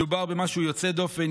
מדובר במשהו יוצא דופן,